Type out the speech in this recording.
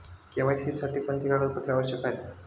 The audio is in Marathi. के.वाय.सी साठी कोणती कागदपत्रे आवश्यक आहेत?